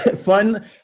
Fun